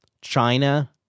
China